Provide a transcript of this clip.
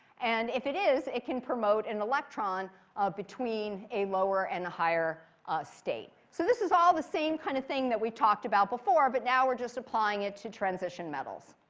and if it is, it can promote an electron between a lower and a higher state. so this is all the same kind of thing that we talked about before, but now we're just applying it to transition metals.